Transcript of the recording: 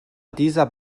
dieser